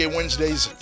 Wednesdays